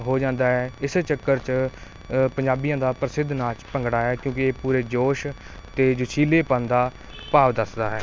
ਹੋ ਜਾਂਦਾ ਹੈ ਇਸੇ ਚੱਕਰ 'ਚ ਪੰਜਾਬੀਆਂ ਦਾ ਪ੍ਰਸਿੱਧ ਨਾਚ ਭੰਗੜਾ ਹੈ ਕਿਉਂਕਿ ਇਹ ਪੂਰੇ ਜੋਸ਼ ਅਤੇ ਜੋਸ਼ੀਲੇਪਨ ਦਾ ਭਾਵ ਦੱਸਦਾ ਹੈ